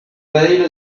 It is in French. bayle